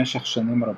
במשך שנים רבות.